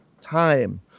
time